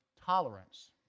tolerance